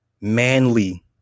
manly